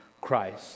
Christ